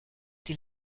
die